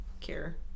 care